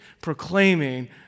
proclaiming